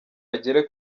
agere